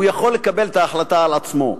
והוא יכול לקבל את ההחלטה על עצמו.